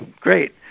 great